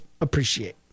appreciate